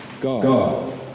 God